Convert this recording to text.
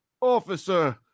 Officer